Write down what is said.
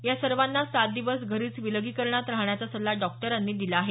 या सर्वांना सात दिवस घरीच विलगीकरणात राहण्याचा सल्ला डॉक्टरांनी दिला आहे